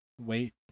wait